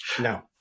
No